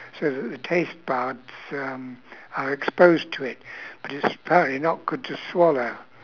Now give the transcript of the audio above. so that the taste buds um are exposed to it but it's very not good to swallow